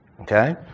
Okay